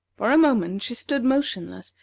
for a moment she stood motionless,